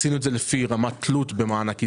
עשינו את זה לפי רמת תלות במענק איזון,